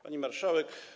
Pani Marszałek!